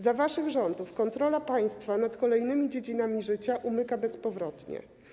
Za waszych rządów kontrola państwa nad kolejnymi dziedzinami życia umyka bezpowrotnie.